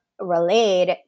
relayed